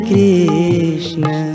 Krishna